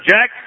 Jack